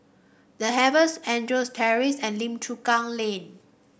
The Chevrons Andrews Terrace and Lim Chu Kang Lane